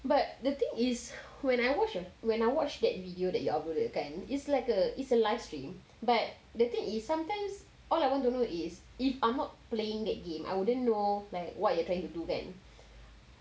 but the thing is when I watch your when I watched that video that you uploaded kan it's like a it's a live stream but the thing is sometimes all I want to know is if I'm not playing that game I wouldn't know like what you are trying to do kan